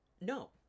no